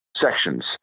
sections